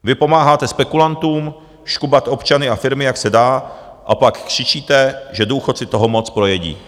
Vy pomáháte spekulantům škubat občany a firmy, jak se dá, a pak křičíte, že důchodci toho moc projedí.